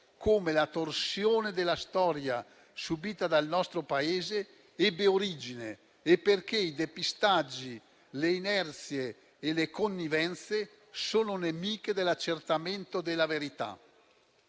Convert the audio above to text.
come la torsione della storia subita dal nostro Paese ebbe origine e perché i depistaggi, le inerzie e le connivenze sono nemiche dell'accertamento della verità.